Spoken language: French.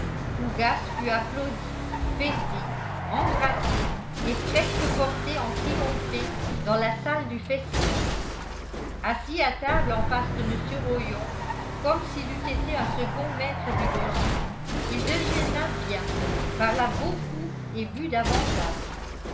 fut applaudi fêté embrassé et presque porté en triomphé dans la salle du festin assis à table en face de mr rollon comme s'il eût été un second maître du logis il déjeuna bien parla beaucoup et but davantage